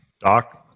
Doc